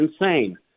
insane